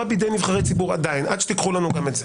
בידי נבחרי ציבור עדיין עד שתיקחו לנו גם את זה.